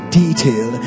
detail